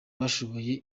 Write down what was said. bashoboye